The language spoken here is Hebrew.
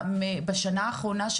בשנה האחרונה,